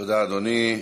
תודה, אדוני.